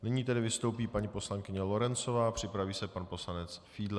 Nyní tedy vystoupí paní poslankyně Lorencová, připraví se pan poslanec Fiedler.